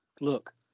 look